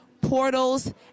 Portals